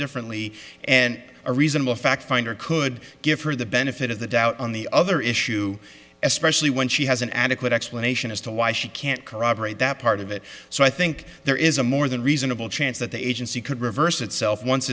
differently and a reasonable fact finder could give her the benefit of the doubt on the other issue especially when she has an adequate explanation as to why she can't corroborate that part of it so i think there is a more than reasonable chance that the agency could reverse itself